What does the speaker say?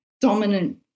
dominant